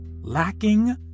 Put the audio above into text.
lacking